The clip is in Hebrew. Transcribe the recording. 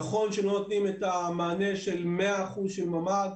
נכון שלא נותנים את המענה של מאה אחוז של ממ"ד,